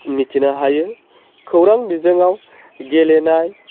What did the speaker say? मिथिनो हायो खौरां बिजोंआव गेलेनाय